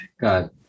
God